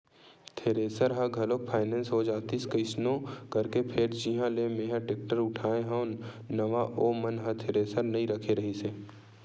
thresher ह घलोक finance हो जातिस कइसनो करके फेर जिहाँ ले मेंहा टेक्टर उठाय हव नवा ओ मन ह थेरेसर नइ रखे रिहिस हे